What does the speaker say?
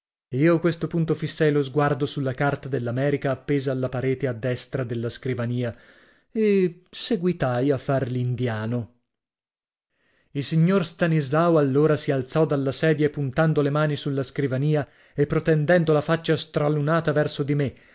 io a questo punto fissai lo sguardo sulla carta dell'america appesa alla parete a destra della scrivania e seguitai a far l'indiano il signor stanislao allora si alzò dalla sedia puntando le mani sulla scrivania e protendendo la faccia stralunata verso di me